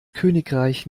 königreich